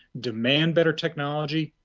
demand better technology,